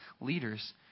leaders